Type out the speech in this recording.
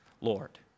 Lord